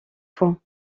points